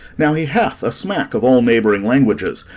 now he hath a smack of all neighbouring languages,